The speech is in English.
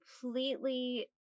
completely